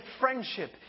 friendship